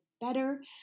better